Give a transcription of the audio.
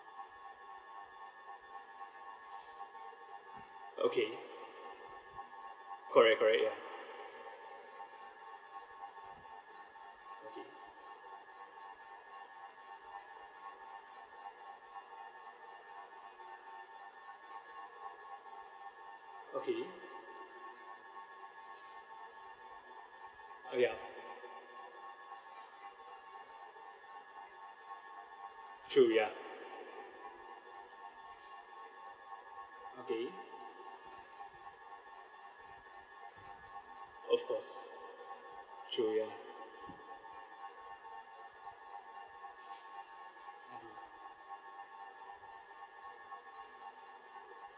okay correct correct ya okay okay oh ya true ya okay of course true ya